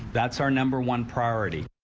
that's our number one priority.